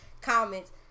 comments